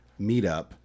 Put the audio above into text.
meetup